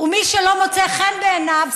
ומי שלא מוצא חן בעיניו,